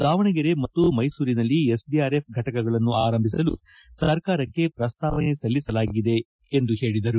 ದಾವಣಗೆರೆ ಮತ್ತು ಮೈಸೂರಿನಲ್ಲಿ ಎಸ್ಡಿಆರ್ಎಫ್ ಘಟಕಗಳನ್ನು ಆರಂಭಿಸಲು ಸರಕಾರಕ್ಕೆ ಪ್ರಸ್ತಾವನೆ ಸಲ್ಲಿಸಲಾಗಿದೆ ಎಂದು ಹೇಳಿದರು